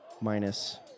minus